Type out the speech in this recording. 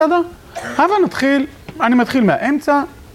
בסדר? הבה נתחיל, אני מתחיל מהאמצע.